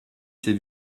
ces